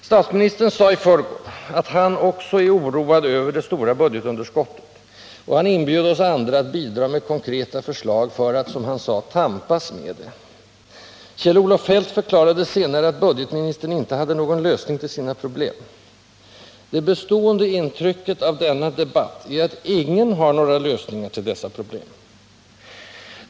Statsministern sade i förrgår att också han är oroad över det stora budgetunderskottet, och han inbjöd oss andra att bidra med konkreta förslag för att ” tampas med det”. Kjell-Olof Feldt förklarade senare att budgetministern inte hade någon lösning på sina problem. Det bestående intrycket av denna debatt är att ingen har några lösningar på dessa problem.